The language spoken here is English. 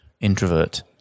introvert